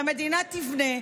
שהמדינה תבנה.